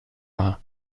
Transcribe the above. war